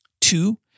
Two